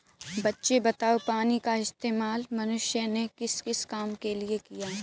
बच्चे बताओ पानी का इस्तेमाल मनुष्य ने किस किस काम के लिए किया?